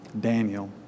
Daniel